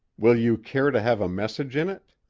will you care to have a message in it?